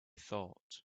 thought